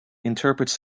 interprets